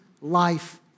life